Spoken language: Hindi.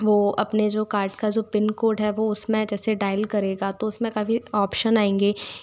वो अपने जो कार्ड का ज़ो पिनकोड है वो उसमैं जैसे डाइल करेगा तो उसमें कभी ऑपसन आएंगे